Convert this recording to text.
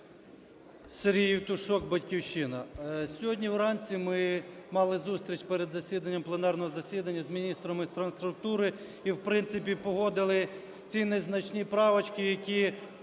Сергій Євтушок, "Батьківщина". Сьогодні вранці ми мали зустріч перед засіданням пленарного засідання з міністром інфраструктури і, в принципі, погодили ці незначні правочки, які